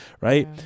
Right